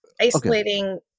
Isolating